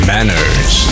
Manners